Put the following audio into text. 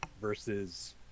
versus